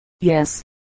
Yes